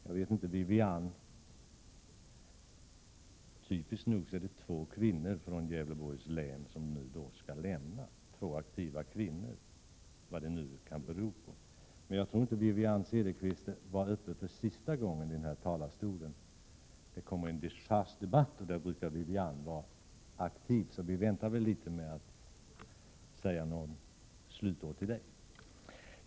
Jag vet inte vad det beror på, men typiskt nog är det två aktiva kvinnor från Gävleborgs län som nu skall lämna riksdagen. Jag tror dock inte att Wivi-Anne Cederqvist var uppe den här talarstolen för sista gången. Snart kommer det en dechargedebatt och där brukar Wivi-Anne Cederqvist vara aktiv, så jag väntar litet med att säga några slutord till henne.